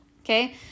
okay